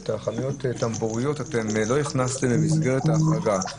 לא הכנסתם את החנויות טמבוריות למסגרת ההחרגה.